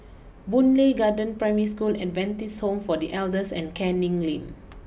Boon Lay Garden Primary School Adventist Home for the Elders and Canning Lane